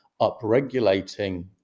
upregulating